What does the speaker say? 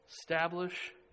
establish